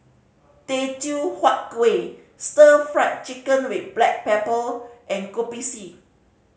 Teochew Huat Kueh Stir Fry Chicken with black pepper and Kopi C